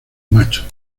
macho